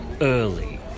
early